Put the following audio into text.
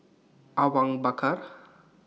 Awang Bakar